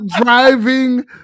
driving